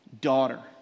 daughter